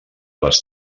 les